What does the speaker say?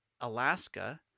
Alaska